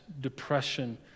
depression